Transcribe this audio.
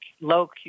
low